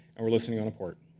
and we're listening on a port.